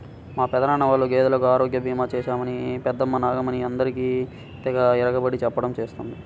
మా పెదనాన్న వాళ్ళ గేదెలకు ఆరోగ్య భీమా చేశామని పెద్దమ్మ నాగమణి అందరికీ తెగ ఇరగబడి చెప్పడం చేస్తున్నది